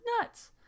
nuts